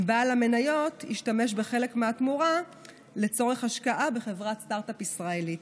אם בעל המניות ישתמש בחלק מהתמורה לצורך השקעה בחברת סטרטאפ ישראלית.